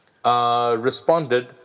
Responded